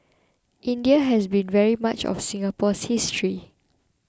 India has been very much of Singapore's history